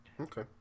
okay